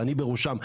ואני בראשם,